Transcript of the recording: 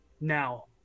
now